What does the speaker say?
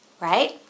right